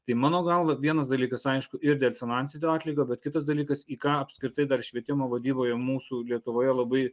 tai mano galva vienas dalykas aišku ir dėl finansinio atlygio bet kitas dalykas į ką apskritai dar švietimo vadyboje mūsų lietuvoje labai